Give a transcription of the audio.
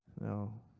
No